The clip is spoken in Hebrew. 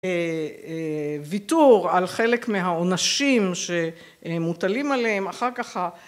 ויתור על חלק מהעונשים שמוטלים עליהם אחר כך